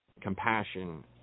compassion